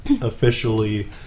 officially